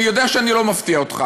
אני יודע שאני לא מפתיע אותך,